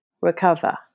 recover